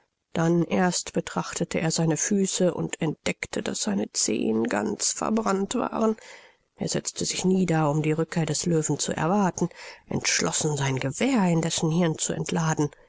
dann erst betrachtete er seine füße und entdeckte daß seine zehen ganz verbrannt waren er setzte sich nieder um die rückkehr des löwen zu erwarten entschlossen sein gewehr in dessen hirn zu entladen